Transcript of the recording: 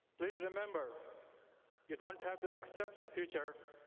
please remember you don't have to accept the future,